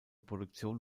produktion